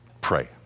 pray